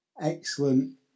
Excellent